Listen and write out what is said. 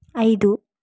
ఐదు